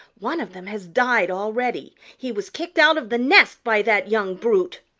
one of them has died already. he was kicked out of the nest by that young brute.